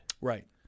right